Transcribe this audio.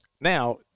Now